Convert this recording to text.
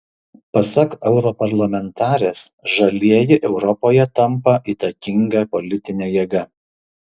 pasak europarlamentarės žalieji europoje tampa įtakinga politine jėga